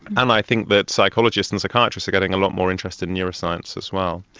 and i think that psychologists and psychiatrists are getting a lot more interested in neuroscience as well.